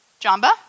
Jamba